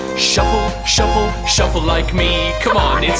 shuffle. shuffle. shuffle like me. come on,